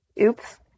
Oops